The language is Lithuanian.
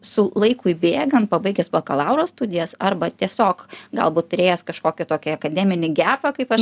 su laikui bėgant pabaigęs bakalauro studijas arba tiesiog galbūt turėjęs kažkokį tokį akademinį gepą kaip aš